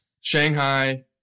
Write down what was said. Shanghai